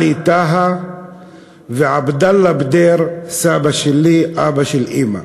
עלי טהא ועבדאללה בדיר, סבא שלי, אבא של אימא,